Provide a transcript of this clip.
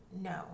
no